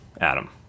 Adam